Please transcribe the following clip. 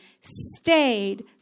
stayed